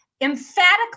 emphatically